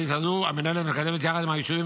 בעת הזו המינהלת מקדמת יחד עם היישובים